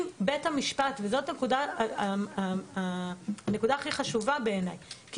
אם בית המשפט וזאת הנקודה הכי חשובה בעיניי כי